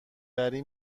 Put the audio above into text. وری